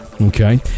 Okay